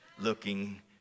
looking